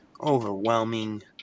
overwhelming